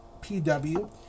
PW